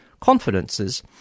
confidences